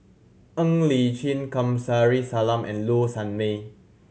Ng Li Chin Kamsari Salam and Low Sanmay